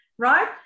Right